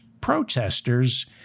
protesters